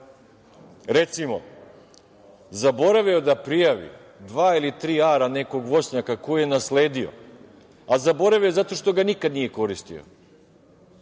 recimo, zaboravio da prijavi dva ili tri ara nekog voćnjaka koji je nasledio, a zaboravio je zato što ga nikada nije koristio,